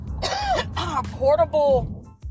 portable